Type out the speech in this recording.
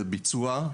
של ביצוע,